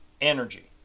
energy